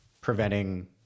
preventing